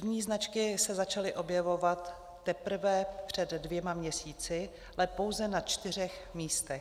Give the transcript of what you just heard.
První značky se začaly objevovat teprve před dvěma měsíci, ale pouze na čtyřech místech.